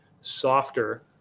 softer